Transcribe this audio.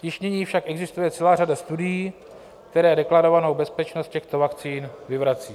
Již nyní však existuje celá řada studií, které deklarovanou bezpečnost těchto vakcín vyvrací.